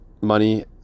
money